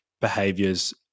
behaviors